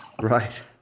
Right